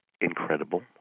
incredible